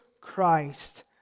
Christ